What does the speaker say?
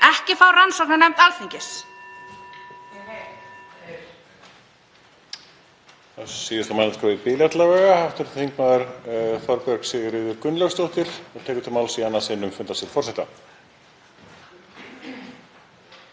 að fá rannsóknarnefnd Alþingis.